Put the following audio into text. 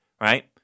right